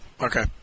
okay